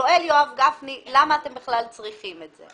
שואל יואב גפני למה אתם בכלל צריכים את זה.